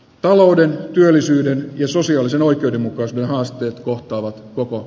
talouden työllisyyden ja sosiaalisen oikeudenmukaisuuden haasteet kohtaavat koko